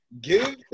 give